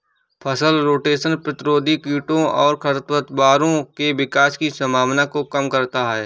फसल रोटेशन प्रतिरोधी कीटों और खरपतवारों के विकास की संभावना को कम करता है